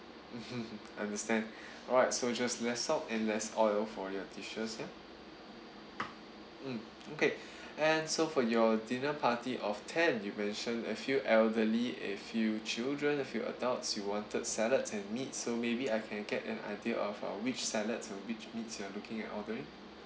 mmhmm understand alright so just less salt and less oil for your dishes ya mm okay and so for your dinner party of ten you mentioned a few elderly a few children a few adults you wanted salads and meats so maybe I can get an idea of uh which salads and which meats you are looking at ordering